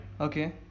okay